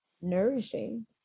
nourishing